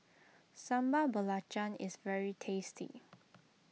Sambal Belacan is very tasty